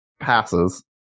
passes